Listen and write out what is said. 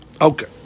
okay